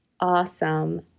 Awesome